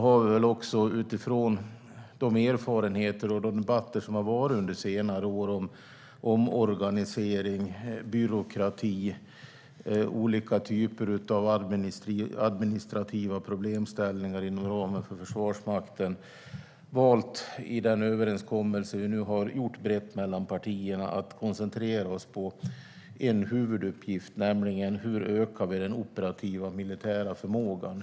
Utifrån senare års erfarenheter av och debatter om omorganisation, byråkrati och olika typer av administrativa problemställningar inom ramen för Försvarsmakten har vi i den överenskommelse vi nu har gjort brett mellan partierna valt att koncentrera oss på en huvuduppgift, nämligen hur vi ökar den operativa militära förmågan.